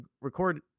record